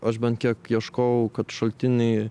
aš bent kiek ieškojau kad šaltiniai